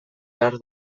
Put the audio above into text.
behar